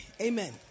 Amen